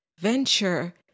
venture